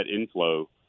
inflow